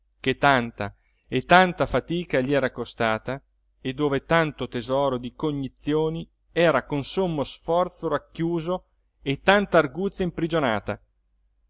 che tanta e tanta fatica gli era costata e dove tanto tesoro di cognizioni era con sommo sforzo racchiuso e tanta arguzia imprigionata